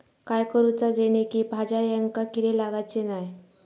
काय करूचा जेणेकी भाजायेंका किडे लागाचे नाय?